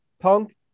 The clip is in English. punk